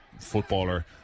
footballer